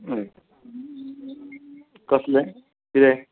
हय कसलें कितें